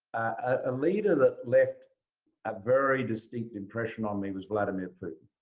a leader that left a very distinct impression on me was vladimir putin.